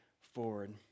forward